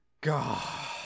god